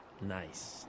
Nice